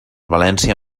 valència